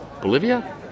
Bolivia